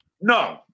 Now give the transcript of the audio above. no